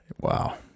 Wow